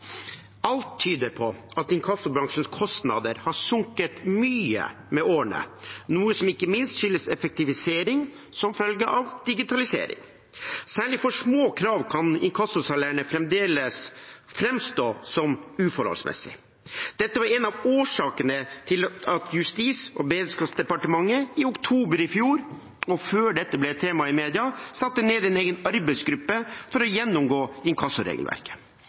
Alt tyder på at inkassobransjens kostnader har sunket mye med årene, noe som ikke minst skyldes effektivisering som følge av digitalisering. Særlig for små krav kan inkassosalærene fremdeles framstå som uforholdsmessige. Dette var en av årsakene til at Justis- og beredskapsdepartementet i oktober i fjor – og før dette ble et tema i mediene – satte ned en egen arbeidsgruppe for å gjennomgå inkassoregelverket.